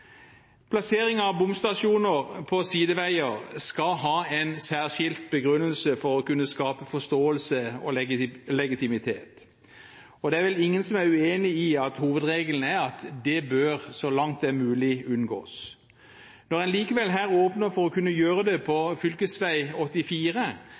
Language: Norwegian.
Plassering av bomstasjoner på sideveier skal ha en særskilt begrunnelse for å kunne skape forståelse og legitimitet, og det er vel ingen som er uenig i at hovedregelen er at det bør, så langt det er mulig, unngås. Når en likevel her åpner for å kunne gjøre det